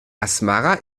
asmara